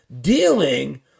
dealing